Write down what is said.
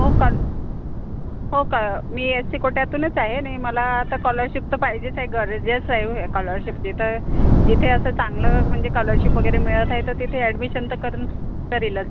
हो का हो क मी एस सी कोट्यातूनच आहे नाही मला आता कॉलरशिप तर पाहिजेच आहे गरजेचं आहे कॉलरशिपची त जिथे असं चांगलं म्हणजे कॉलरशिप वगैरे मिळत आहे तर तिथे ॲडमिशन तर कर करीलच